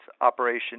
operation